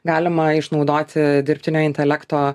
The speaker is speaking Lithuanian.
galima išnaudoti dirbtinio intelekto